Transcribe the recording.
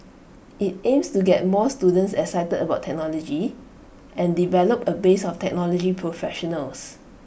IT aims to get more students excited about technology and develop A base of technology professionals